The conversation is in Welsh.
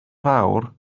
fawr